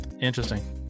interesting